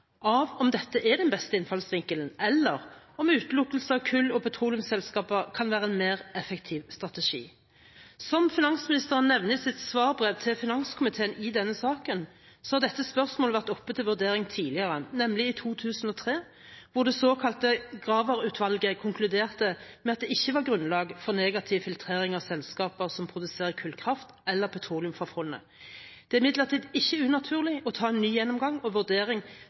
av om dette er den beste innfallsvinkelen, eller om utelukkelse av kull- og petroleumsselskaper kan være en mer effektiv strategi. Som finansministeren nevner i sitt svarbrev til finanskomiteen i denne saken, har dette spørsmålet vært oppe til vurdering tidligere, nemlig i 2003, hvor det såkalte Graver-utvalget konkluderte med at det ikke var grunnlag for negativ filtrering av selskaper som produserer kullkraft eller petroleum, fra fondet. Det er imidlertid ikke unaturlig å ta en ny gjennomgang og vurdering,